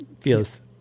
feels